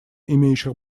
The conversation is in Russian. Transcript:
имеющих